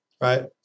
Right